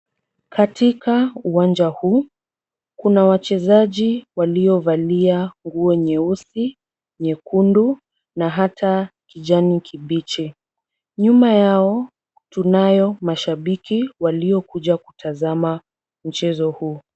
Katika uwanja huu, kuna wachezaji waliovalia nguo nyeusi, nyekundu na hata kijani kibichi. Nyuma yao tunayo mashabiki waliokuja kutazama mchezo huu.